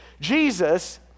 Jesus